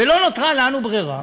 ולא נותרה לנו ברירה